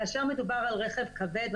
כאשר מדובר על רכב כבד,